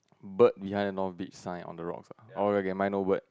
bird behind the north beach sign on the rocks ah oh okay mine no bird